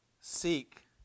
seek